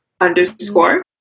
underscore